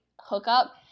hookup